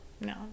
no